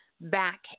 back